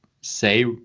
say